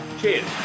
Cheers